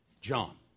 John